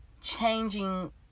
changing